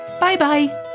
Bye-bye